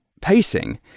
Pacing